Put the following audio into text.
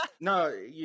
No